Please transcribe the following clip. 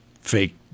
fake